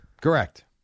Correct